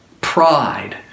pride